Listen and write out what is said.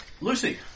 Lucy